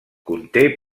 conté